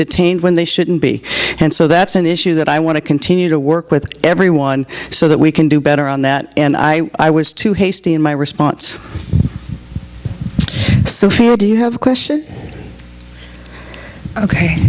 detained when they shouldn't be and so that's an issue that i want to continue to work with everyone so that we can do better on that and i i was too hasty in my response so do you have a question ok